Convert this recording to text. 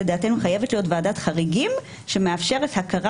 לדעתנו חייבת להיות ועדת חריגים שמאפשרת הכרה